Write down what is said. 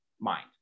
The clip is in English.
mind